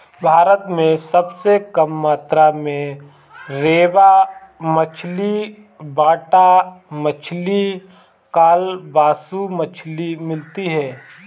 भारत में सबसे कम मात्रा में रेबा मछली, बाटा मछली, कालबासु मछली मिलती है